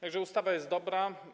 Tak że ustawa jest dobra.